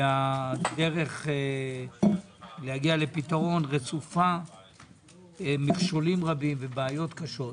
הדרך להגיע לפתרון רצופה מכשולים רבים ובעיות קשות.